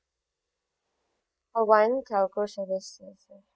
call one telco services